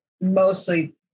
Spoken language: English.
mostly